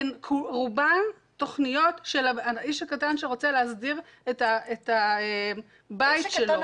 הן רובן תוכניות של האיש הקטן שרוצה להסדיר את הבית שלו,